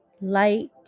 light